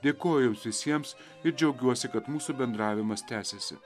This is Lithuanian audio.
dėkoju visiems ir džiaugiuosi kad mūsų bendravimas tęsiasi